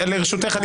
ברשותך,